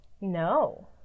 No